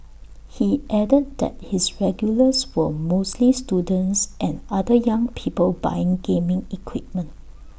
he added that his regulars were mostly students and other young people buying gaming equipment